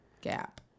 Gap